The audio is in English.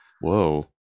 Whoa